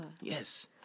Yes